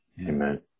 Amen